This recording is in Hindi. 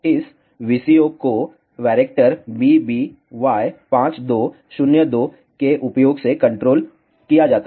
इस VCO को वैरेक्टर BBY52 02 के उपयोग से कंट्रोल किया जाता है